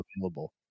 available